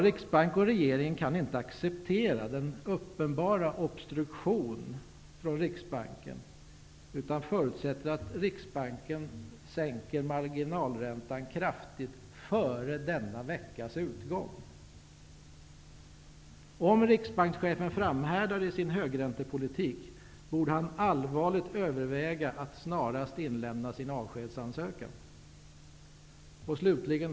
Riksdag och regering kan inte acceptera denna uppenbara obstruktion från Riksbanken, utan förutsätter att Riksbanken sänker marginalräntan kraftigt före denna veckas utgång. Om riksbankschefen framhärdar i sin högräntepolitik borde han allvarligt överväga att snarast inlämna sin avskedsansökan. Herr talman!